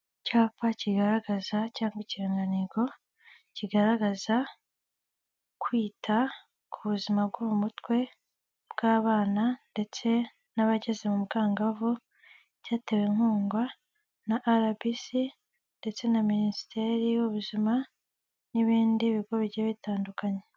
Icyapa kigaragaza cyangwa ikirantego, kigaragaza kwita ku buzima bwo mu mutwe bw'abana ndetse n'abageze mu bwangavu, cyatewe inkunga na RBC ndetse na minisiteri y'ubuzima, n'ibindi bigo bigiye bitandukanye.